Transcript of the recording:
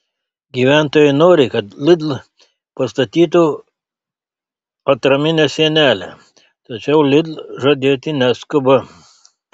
gyventojai nori kad lidl pastatytų atraminę sienelę tačiau lidl žadėti neskuba